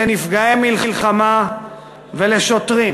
לנפגעי מלחמה ולשוטרים.